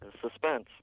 suspense